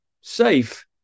safe